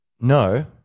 no